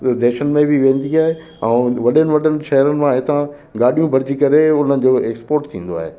देशनि में बि वेंदी आहे ऐं वॾनि वॾनि शहरनि मां हितां गाॾियूं भरिजी करे उन्हनि जो एक्सपोट थींदो आहे